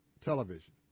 television